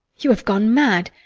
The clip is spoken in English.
you have gone mad!